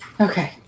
Okay